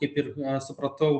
kaip ir supratau